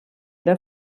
era